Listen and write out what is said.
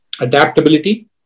adaptability